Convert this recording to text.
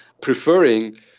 preferring